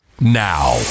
now